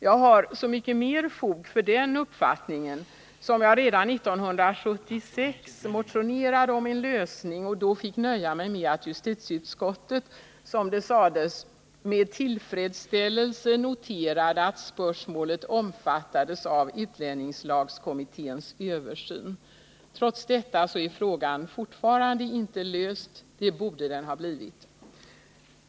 Jag har så mycket mer fog för den uppfattningen som jag redan 1976 motionerade om en lösning och då fick nöja mig med att justitieutskottet, som det sades, med tillfredsställelse noterade att spörsmålet omfattades av utlänningskommitténs översyn. Trots detta är frågan fortfarande inte löst. Det borde den ha blivit.